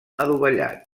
adovellat